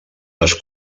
les